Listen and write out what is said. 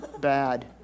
bad